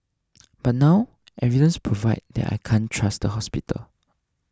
but now evidence provide that I can't trust the hospital